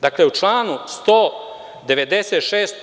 Dakle, u članu 196.